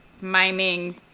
miming